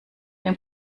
dem